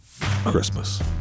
Christmas